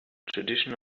tradition